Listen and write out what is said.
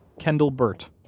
kendall burt.